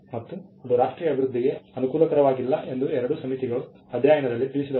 ಮತ್ತು ಅದು ರಾಷ್ಟ್ರೀಯ ಅಭಿವೃದ್ಧಿಗೆ ಅನುಕೂಲಕರವಾಗಿಲ್ಲ ಎಂದು ಎರಡೂ ಸಮಿತಿಗಳು ಅಧ್ಯಯನದಲ್ಲಿ ತಿಳಿಸಿದವು